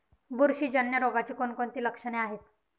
बुरशीजन्य रोगाची कोणकोणती लक्षणे आहेत?